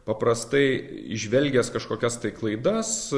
paprastai įžvelgęs kažkokias tai klaidas